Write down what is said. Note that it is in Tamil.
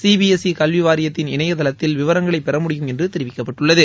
சிபிஎஸ்ஈ கல்வி வாரியத்தின் இணையதளத்தில் விவரங்களை பெறமுடியும் என்று தெரிவிக்கப்பட்டுள்ளது